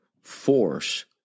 force